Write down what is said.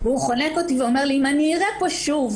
והוא חונק אותי ואומר לי: אם אני אראה פה שוב